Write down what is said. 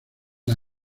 las